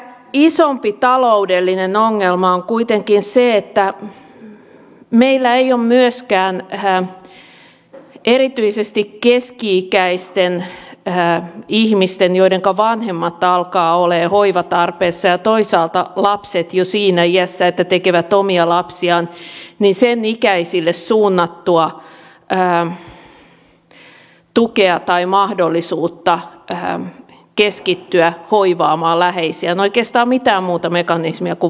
ehkä isompi taloudellinen ongelma on kuitenkin se että meillä ei ole myöskään erityisesti keski ikäisille ihmisille joidenka vanhemmat alkavat olemaan hoivan tarpeessa ja toisaalta lapset jo siinä iässä että tekevät omia lapsia suunnattua tukea tai mahdollisuutta keskittyä hoivaamaan läheisiään oikeastaan mitään muuta mekanismia kuin vuorotteluvapaa